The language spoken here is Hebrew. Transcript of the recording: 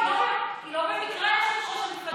לא, לא, היא לא במקרה יושבת-ראש המפלגה.